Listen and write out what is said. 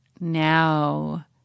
now